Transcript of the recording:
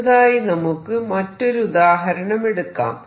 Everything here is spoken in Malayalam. അടുത്തതായി നമുക്ക് മറ്റൊരു ഉദാഹരണമെടുക്കാം